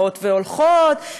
באות והולכות,